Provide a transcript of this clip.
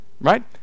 right